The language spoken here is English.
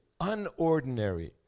unordinary